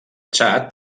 txad